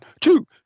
two